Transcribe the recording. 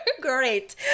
great